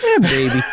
baby